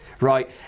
right